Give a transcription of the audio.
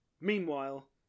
Meanwhile